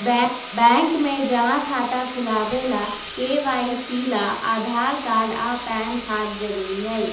bank में जमा खाता खुलावे ला के.वाइ.सी ला आधार कार्ड आ पैन कार्ड जरूरी हई